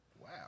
Wow